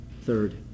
third